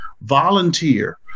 Volunteer